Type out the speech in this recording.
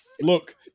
Look